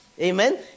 Amen